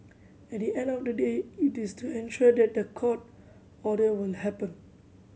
at the end of the day it is to ensure that the court order will happen